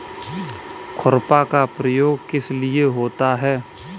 खुरपा का प्रयोग किस लिए होता है?